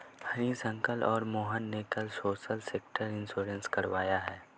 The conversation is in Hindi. हनीश अंकल और मोहन ने कल सोशल सेक्टर इंश्योरेंस करवाया है